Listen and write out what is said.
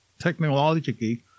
technologically